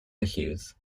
issues